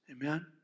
Amen